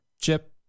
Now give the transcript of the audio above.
Chip